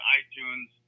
iTunes